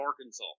Arkansas